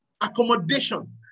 accommodation